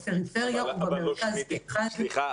גם בפריפריה וגם במרכז --- סליחה,